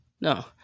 No